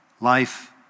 life